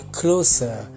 closer